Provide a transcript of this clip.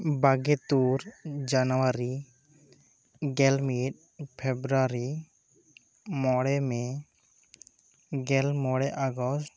ᱵᱟᱜᱮ ᱛᱩᱨ ᱡᱟᱱᱣᱟᱨᱤ ᱜᱮᱞᱢᱤᱫ ᱯᱷᱮᱵᱨᱟᱨᱤ ᱢᱚᱬᱮ ᱢᱮ ᱜᱮᱞ ᱢᱚᱲᱮ ᱟᱜᱚᱥᱴ